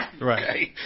Right